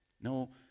No